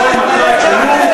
תענה לי על השאלה.